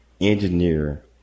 engineer